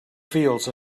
fields